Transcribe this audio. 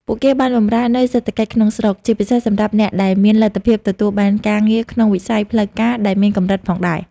ពួកគេបានបម្រើនូវសេដ្ឋកិច្ចក្នុងស្រុក ពិសេសសម្រាប់អ្នកដែលមានលទ្ធភាពទទួលបានការងារក្នុងវិស័យផ្លូវការដែលមានកម្រិតផងដែរ ។